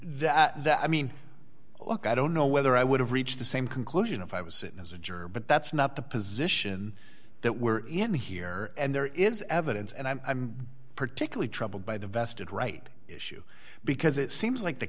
that i mean look i don't know whether i would have reached the same conclusion if i was sitting as a juror but that's not the position that we're in here and there is evidence and i'm particularly troubled by the vested right issue because it seems like the